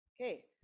Okay